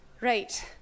right